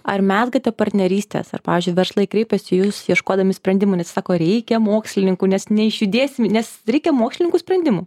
ar mezgate partnerystes ar pavyzdžiui verslai kreipiasi į jus ieškodami sprendimų nes visi sako reikia mokslininkų nes neišjudėsim nes reikia mokslininkų sprendimų